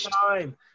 time